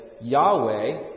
Yahweh